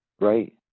right